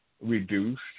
reduced